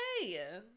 hey